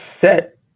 set